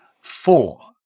Four